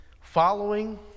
following